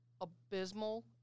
abysmal